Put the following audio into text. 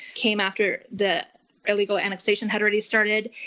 came after the illegal annexation had already started.